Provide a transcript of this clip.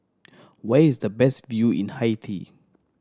where is the best view in Haiti